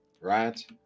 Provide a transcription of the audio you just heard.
right